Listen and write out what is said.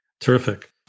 Terrific